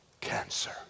Cancer